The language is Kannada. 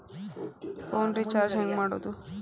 ಫೋನ್ ರಿಚಾರ್ಜ್ ಹೆಂಗೆ ಮಾಡೋದು?